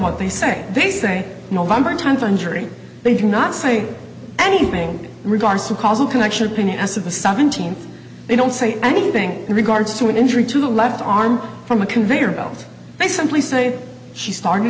what they say they say november time for injury they do not say anything regards to causal connection opinion as of the seventeenth they don't say anything in regards to an injury to the left arm from a conveyor belt they simply say she started